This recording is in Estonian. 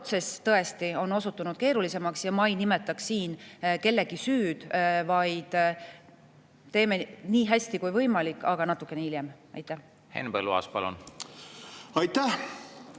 Protsess tõesti on osutunud keerulisemaks ja ma ei nimetaks siin kellegi süüd, vaid teeme nii hästi kui võimalik, aga natukene hiljem. Suur